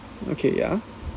okay ya